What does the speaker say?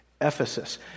Ephesus